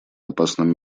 опасным